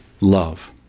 love